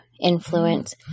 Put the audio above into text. influence